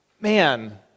man